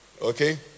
Okay